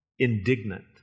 Indignant